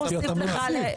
אתה מסית,